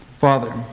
Father